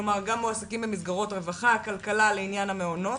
כלומר גם מועסקים במסגרות רווחה וכלכלה לעניין המעונות.